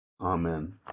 Amen